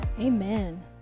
amen